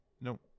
No